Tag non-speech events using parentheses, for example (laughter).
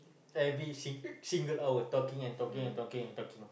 every sing~ (noise) single hour talking and talking and talking and talking